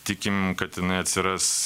tikim kad jinai atsiras